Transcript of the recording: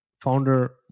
founder